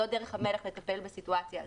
זאת דרך המלך לטפל בסיטואציה הזאת.